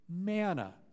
manna